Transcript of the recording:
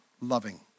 loving